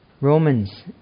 Romans